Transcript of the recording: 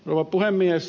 rouva puhemies